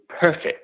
perfect